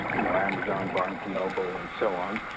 you know, amazon, barnes and noble, and so on.